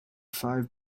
five